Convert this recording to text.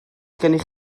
gennych